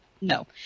no